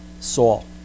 Saul